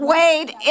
Wade